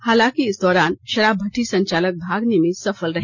हालांकि इस दौरान शराब भट्टी संचालक भागने में सफल रहे